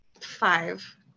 Five